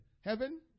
Heaven